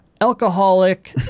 alcoholic